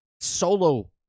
solo